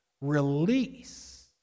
release